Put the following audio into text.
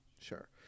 sure